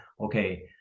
okay